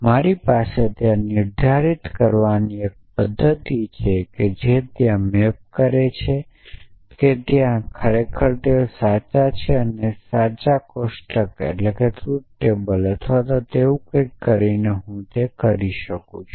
મારી પાસે એ નિર્ધારિત કરવાની એક પદ્ધતિ છે કે જે ત્યાં મૅપ કરે છે કે તે ખરા છે કે નહીં અને તે હું ટ્રુથ ટેબલ બનાવીને હું કરી શકું છું